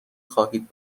خواهید